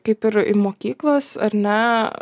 kaip ir į mokyklas ar ne